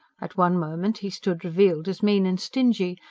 at one moment he stood revealed as mean and stingy,